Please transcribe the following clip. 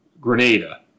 Grenada